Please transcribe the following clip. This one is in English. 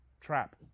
Trap